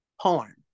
porn